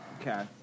Okay